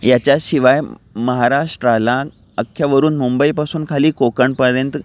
याच्याशिवाय महाराष्ट्राला अख्ख्या वरून मुंबईपासून खाली कोकणापर्यंत